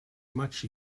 much